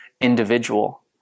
individual